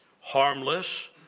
harmless